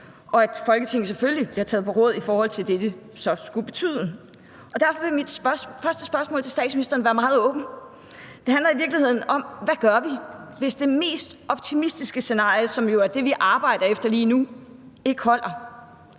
og at Folketinget selvfølgelig bliver taget med på råd i forhold til det, som det så skulle betyde. Og derfor vil mit første spørgsmål til statsministeren være meget åbent. Det handler i virkeligheden om, hvad vi gør, hvis det mest optimistiske scenarie, som jo er det, vi arbejder efter lige nu, ikke holder.